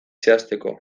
zehazteko